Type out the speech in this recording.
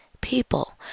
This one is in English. People